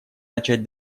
начать